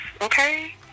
okay